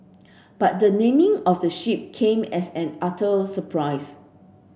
but the naming of the ship came as an utter surprise